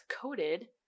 coated